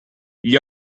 gli